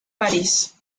parís